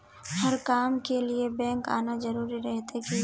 हर काम के लिए बैंक आना जरूरी रहते की?